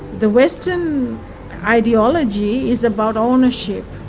the western ideology is about ownership,